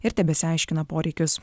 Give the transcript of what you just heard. ir tebesiaiškina poreikius